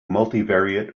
multivariate